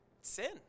Sin